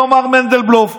לא מר מנדלבלוף.